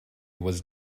was